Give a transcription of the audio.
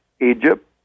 Egypt